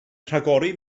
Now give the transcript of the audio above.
rhagori